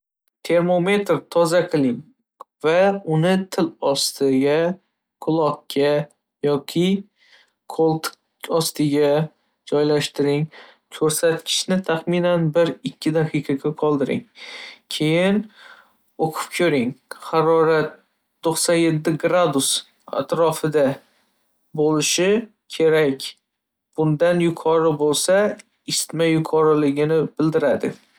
Termometrni toza qiling va uni til ostiga, quloqqa yoki qo'ltiq ostiga joylashtiring. Ko'rsatkichni taxminan bir ikki daqiqaga qoldiring, keyin o'qib ko'ring. Harorat to’qson yetti gradus atrofida bo'lishi kerak, bundan yuqori bo'lsa, isitma borligini bildiradi.